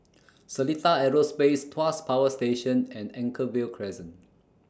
Seletar Aerospace Tuas Power Station and Anchorvale Crescent